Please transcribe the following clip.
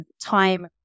time